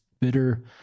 bitter